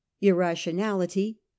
irrationality